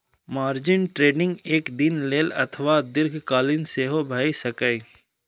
margin trading एक दिन लेल अथवा दीर्घकालीन सेहो भए सकैए